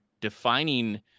Defining